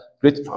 great